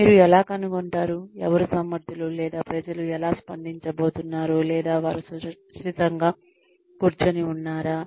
మీరు ఎలా కనుగొంటారు ఎవరు సమర్థులు లేదా ప్రజలు ఎలా స్పందించబోతున్నారు లేదా వారు సురక్షితంగా కూర్చోని ఉన్నారా